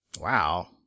Wow